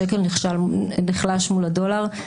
השקל נחלש מול הדולר,